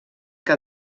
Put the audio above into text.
que